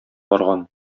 барган